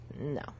No